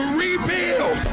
rebuild